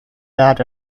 that